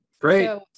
Great